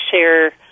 share